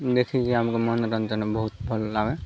ଦେଖିକି ଆମକୁ ମନୋରଞ୍ଜନ ବହୁତ ଭଲ ଲାଗେ